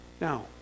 Now